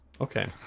okay